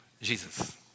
Jesus